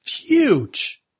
huge